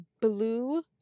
blue